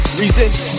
resist